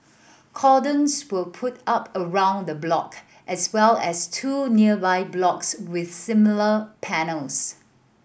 cordons were put up around the block as well as two nearby blocks with similar panels